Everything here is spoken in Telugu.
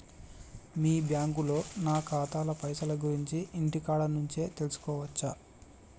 మీ బ్యాంకులో నా ఖాతాల పైసల గురించి ఇంటికాడ నుంచే తెలుసుకోవచ్చా?